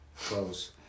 close